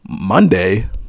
Monday